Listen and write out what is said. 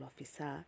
officer